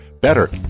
better